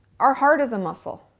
our heart is a muscle.